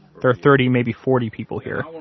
there are thirty, maybe forty people here,